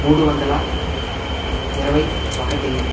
మూడు వందల ఇరవై ఒకటి